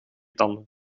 tanden